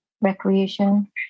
recreation